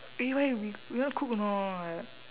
eh why we you wanna cook or not